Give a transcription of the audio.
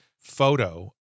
photo